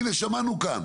הנה שמענו כאן,